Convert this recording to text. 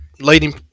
leading